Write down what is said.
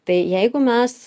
tai jeigu mes